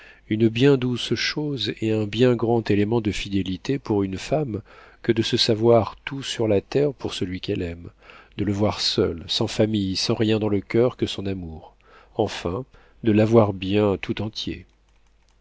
une bien douce chose et un bien grand élément de fidélité pour une femme que de se savoir tout sur la terre pour celui qu'elle aime de le voir seul sans famille sans rien dans le coeur que son amour enfin de l'avoir bien tout entier